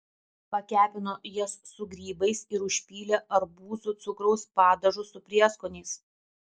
pakepino jas su grybais ir užpylė arbūzų cukraus padažu su prieskoniais